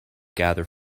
gather